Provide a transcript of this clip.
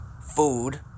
food